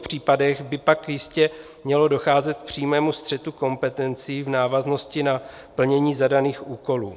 V takových případech by pak jistě mělo docházet k přímému střetu kompetencí v návaznosti na plnění zadaných úkolů.